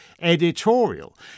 editorial